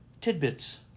tidbits